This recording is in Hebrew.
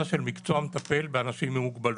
של מקצוע המטפל באנשים עם מוגבלות.